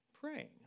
praying